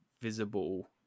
visible